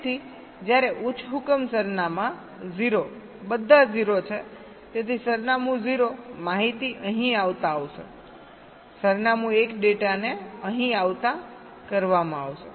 તેથી જ્યારે ઉચ્ચ હુકમ સરનામાં 0 બધા 0 છે તેથી સરનામું 0 માહિતી અહીં આવતા આવશે સરનામું 1 ડેટાને અહીં આવતા કરવામાં આવશે